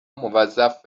موظف